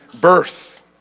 birth